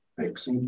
Thanks